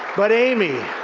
but, amy,